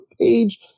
page